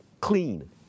clean